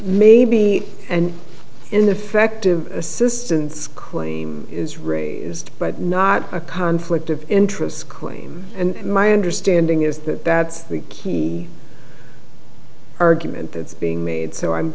may be and in the affective assistance claim is raised but not a conflict of interests claim and my understanding is that that's the key argument that's being made so i'm